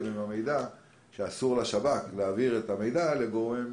עם המידע שאסור לשב"כ להעביר את המידע לגורם